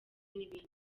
n’ibindi